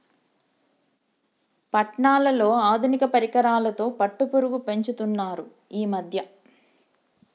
పట్నాలలో ఆధునిక పరికరాలతో పట్టుపురుగు పెంచుతున్నారు ఈ మధ్య